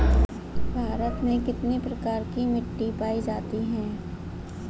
भारत में कितने प्रकार की मिट्टी पाई जाती हैं?